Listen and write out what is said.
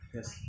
Yes